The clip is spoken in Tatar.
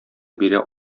бирә